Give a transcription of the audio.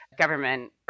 government